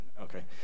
Okay